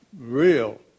real